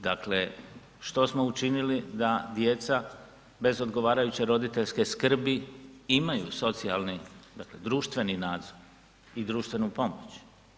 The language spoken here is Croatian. Dakle, što smo učinili da djeca bez odgovarajuće roditeljske skrbi imaju socijalni, dakle društveni nadzor i društvenu pomoć?